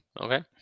Okay